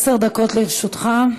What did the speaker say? בבקשה, עשר דקות לרשותך.